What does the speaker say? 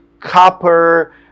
copper